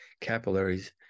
capillaries